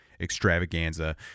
extravaganza